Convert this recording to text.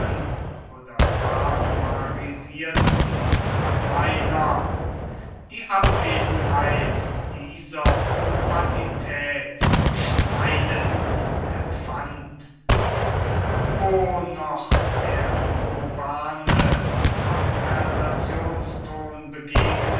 oder barbarisierten lateiner die abwesenheit dieser urbanität schneidend empfand wo noch der urbane konversationston begegnet